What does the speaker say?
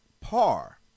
par